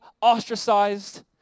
ostracized